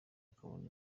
akabona